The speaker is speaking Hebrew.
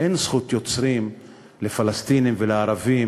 אין זכות יוצרים לפלסטינים ולערבים